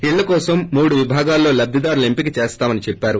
ఇళ్ల కోసం మూడు విభాగాల్లో లబ్దిదారులను ఎంపిక చేస్తామని చెప్పారు